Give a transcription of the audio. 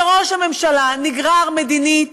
שראש הממשלה נגרר מדינית